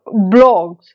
blogs